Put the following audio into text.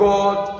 God